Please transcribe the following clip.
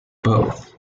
both